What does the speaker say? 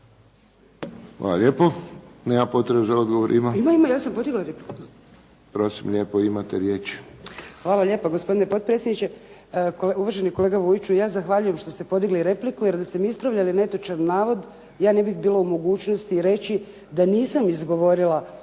Hvala lijepo. Nema potrebe za odgovor. Ima? … /Upadica: Ima, ima. Ja sam podigla repliku./… Prosim lijepo, imate riječ. **Bilić Vardić, Suzana (HDZ)** Hvala lijepo, gospodine potpredsjedniče. Uvaženi kolega Vujiću, ja zahvaljujem što ste podigli repliku jer da ste ispravljali netočan navod, ja ne bih bila u mogućnosti reći da nisam izgovorila